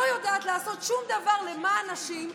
לא יודעת לעשות שום דבר למען נשים.